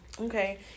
Okay